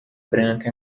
branca